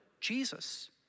Jesus